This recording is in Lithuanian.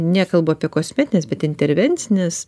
nekalbu apie kosmetines bet intervencines